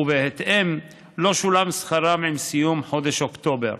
ובהתאם, לא שולם שכרם בסיום חודש אוקטובר.